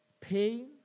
pain